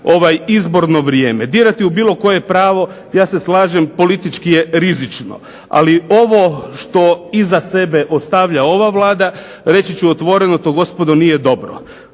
nama izborno vrijeme. Birati u bilo koje pravo ja se slažem politički je rizično. Ali ovo što iza sebe ostavlja ova Vlada, reći ću otvoreno to gospodo nije dobro.